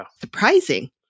surprising